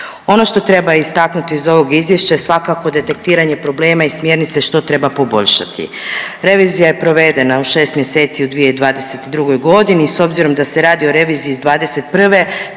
Ono što treba istaknuti iz ovog izvješća je svakako detektiranje problema i smjernice što treba poboljšati. Revizija je provedena u 6 mjeseci u 2022. godini. S obzirom da se radi o reviziji iz '21. treba